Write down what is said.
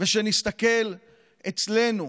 ושנסתכל אצלנו